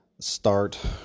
start